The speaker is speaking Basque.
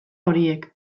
horiek